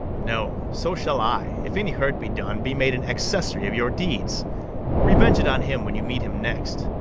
no so shall i, if any hurt be done, be made an accessary of your deeds revenge it on him when you meet him next.